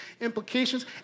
implications